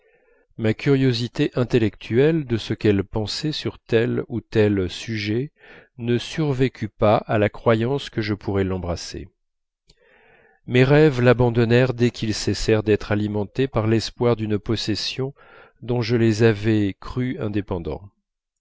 ma curiosité intellectuelle de ce qu'elle pensait sur tel ou tel sujet ne survécut pas à la croyance que je pourrais l'embrasser mes rêves l'abandonnèrent dès qu'ils cessèrent d'être alimentés par l'espoir d'une possession dont je les avais crus indépendants